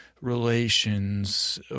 Relations